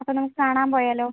അപ്പോൾ നമുക്ക് കാണാൻ പോയാലോ